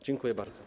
Dziękuję bardzo.